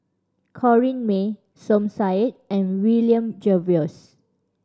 Corrinne May Som Said and William Jervois